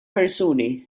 persuni